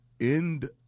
end